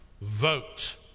vote